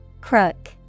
Crook